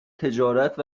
تجارت